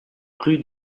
rue